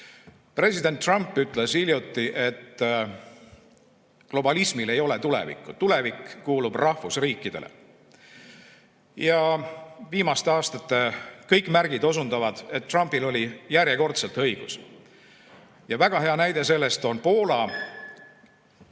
President Trump ütles hiljuti, et globalismil ei ole tulevikku, tulevik kuulub rahvusriikidele. Ja viimaste aastate kõik märgid osundavad, et Trumpil oli järjekordselt õigus. Väga hea näide sellest on Poola.